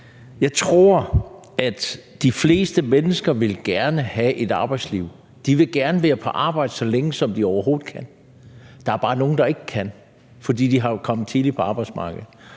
jeg tror, at de fleste mennesker gerne vil have et arbejdsliv, de vil gerne være på arbejde så længe, som de overhovedet kan, der er bare nogle, der ikke kan, fordi de kom tidligt på arbejdsmarkedet,